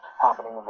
happening